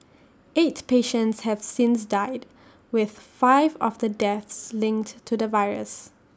eight patients have since died with five of the deaths linked to the virus